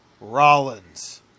Rollins